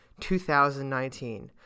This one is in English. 2019